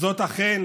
וזאת אכן